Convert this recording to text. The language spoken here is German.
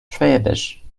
schwäbisch